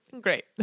great